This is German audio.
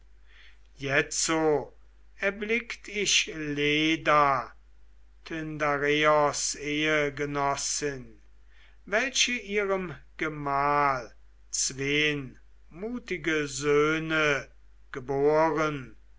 jetzo erblickt ich leda tyndareos ehegenossin welche ihrem gemahl zween mutige söhne geboren